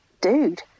dude